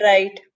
Right